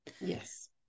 yes